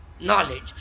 knowledge